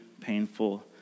painful